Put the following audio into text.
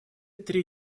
три